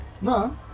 No